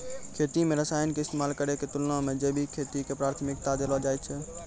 खेती मे रसायन के इस्तेमाल करै के तुलना मे जैविक खेती के प्राथमिकता देलो जाय छै